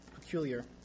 peculiar